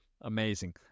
Amazing